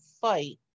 fight